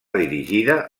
dirigida